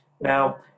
now